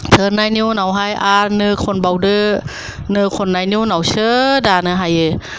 थोरनायनि उनावहाय आर नो खनबावदो नो खनायनि उनावसो दानो हायो